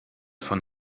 von